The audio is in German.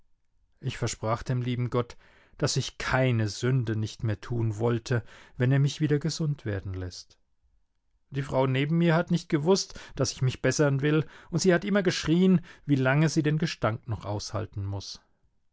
ich versprach dem lieben gott daß ich keine sünde nicht mehr tun wollte wenn er mich wieder gesund werden läßt die frau neben mir hat nicht gewußt daß ich mich bessern will und sie hat immer geschrien wie lange sie den gestank noch aushalten muß